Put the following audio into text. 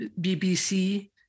BBC